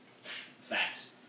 Facts